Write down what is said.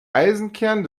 eisenkern